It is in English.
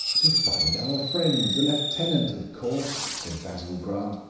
to find our friend, the lieutenant, of course, said basil grant.